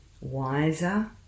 wiser